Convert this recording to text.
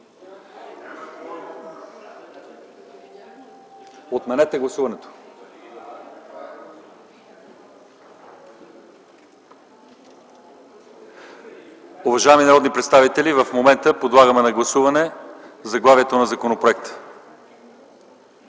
ЛЪЧЕЗАР ИВАНОВ: Уважаеми народни представители, в момента подлагаме на гласуване заглавието на законопроекта.